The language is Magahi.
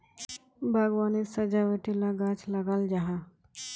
बाग्वानित सजावटी ला गाछ लगाल जाहा